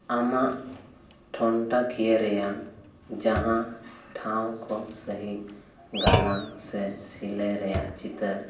ᱟᱢᱟᱜ ᱴᱷᱚᱱᱴᱟᱠᱤᱭᱟᱹ ᱨᱮᱭᱟᱜ ᱡᱟᱦᱟᱸ ᱴᱷᱟᱶᱠᱚ ᱥᱟᱹᱦᱤᱡ ᱜᱟᱞᱟᱝ ᱥᱮ ᱥᱤᱞᱟᱹᱭ ᱨᱮᱭᱟᱜ ᱪᱤᱛᱟᱹᱨ